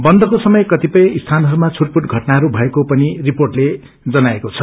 बन्दस्रे समय कतिपय स्थानहरूमा छूटपूट घटनाहरू भएको पनि रिर्पोअले जनाएको छ